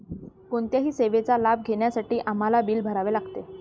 कोणत्याही सेवेचा लाभ घेण्यासाठी आम्हाला बिल भरावे लागते